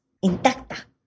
intacta